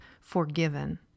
forgiven